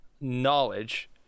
knowledge